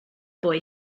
boy